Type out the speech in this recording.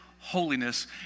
holiness